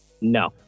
no